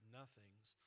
nothings